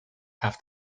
have